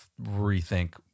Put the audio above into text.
rethink